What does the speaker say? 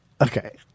okay